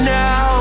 now